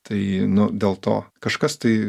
tai nu dėl to kažkas tai